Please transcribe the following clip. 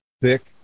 thick